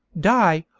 die,